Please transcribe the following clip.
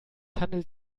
handelt